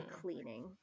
cleaning